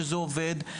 שזה עובד,